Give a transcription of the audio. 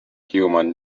human